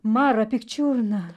mara pikčiurna